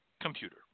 computer